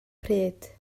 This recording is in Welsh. pryd